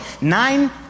nine